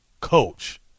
coach